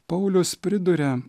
paulius priduria